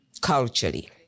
culturally